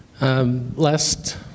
Last